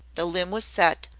the limb was set,